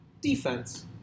defense